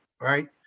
right